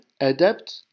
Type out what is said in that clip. adapt